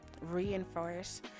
reinforce